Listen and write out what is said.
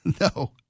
no